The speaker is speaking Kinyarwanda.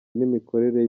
n‟imikorere